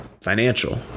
financial